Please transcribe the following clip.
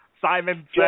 Simon